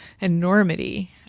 enormity